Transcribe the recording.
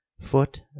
foot